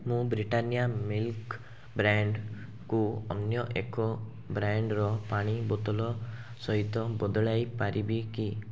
ମୁଁ Britannia milk ବ୍ରାଣ୍ଡକୁ ଅନ୍ୟ ଏକ ବ୍ରାଣ୍ଡର ପାଣି ବୋତଲ ସହିତ ବଦଳାଇ ପାରିବି କି